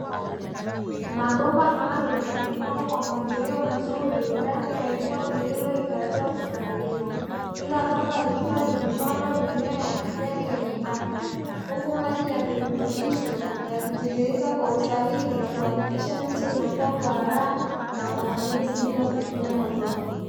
Mabomba maalumu yamepangwa kwa mpangilio mzuri ndani ya eneo lililohifadhiwa kikamilifu. Kila bomba likiwa limepandwa mimea ya kijani yenye afya, huku maji ya virutubisho yakitiririka kwa usahihi kuhakikisha miche inakuwa kwa haraka na ufanisi bila kutumia udongo.